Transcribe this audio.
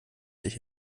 sich